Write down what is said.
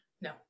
No